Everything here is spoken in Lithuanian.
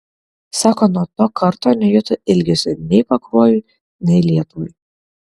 sako nuo to karto nejuto ilgesio nei pakruojui nei lietuvai